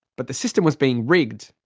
but the system was being rigged.